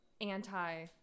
anti